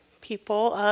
people